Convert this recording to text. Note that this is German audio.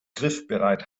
griffbereit